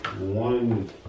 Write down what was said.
one